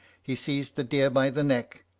he seized the deer by the neck.